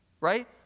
Right